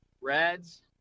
Reds